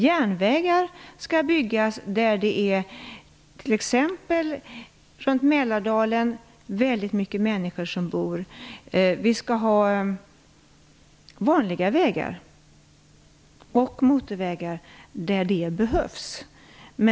Järnvägar skall byggas där det, som i Mälardalen, bor mycket människor. Vi skall bygga vanliga vägar och motorvägar där det behövs.